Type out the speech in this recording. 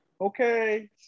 okay